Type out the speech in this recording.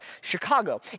Chicago